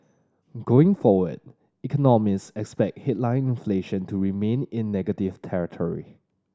going forward economists expect headline inflation to remain in negative territory